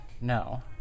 No